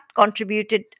contributed